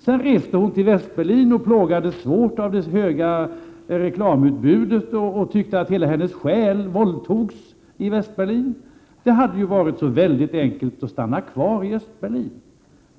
Sedan reste hon till Västberlin och plågades svårt av det stora reklamutbudet och tyckte att hela hennes själ våldtogs. Det hade ju varit så väldigt enkelt att stanna kvar i Östberlin.